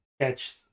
catch